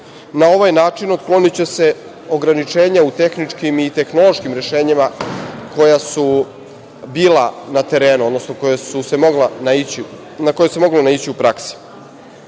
Na ovaj način, otkloniće se ograničenja u tehničkim i tehnološkim rešenjima koja su bila na terenu, odnosno na koja se moglo naići u